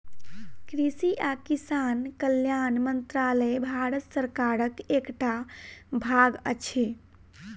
कृषि आ किसान कल्याण मंत्रालय भारत सरकारक एकटा भाग अछि